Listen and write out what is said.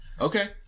okay